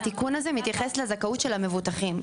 התיקון הזה מתייחס לזכאות של המבוטחים.